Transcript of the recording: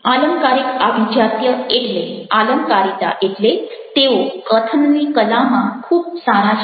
આલંકારિક આભિજાત્ય એટલે આલંકારિતા એટલે તેઓ કથનની કલામાં ખૂબ સારા છે